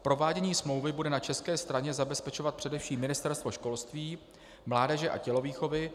Provádění smlouvy bude na české straně zabezpečovat především Ministerstvo školství, mládeže a tělovýchovy.